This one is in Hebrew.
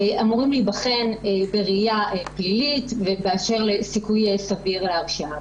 אמורים להיבחן בראייה פלילית באשר לסיכוי סביר להרשעה.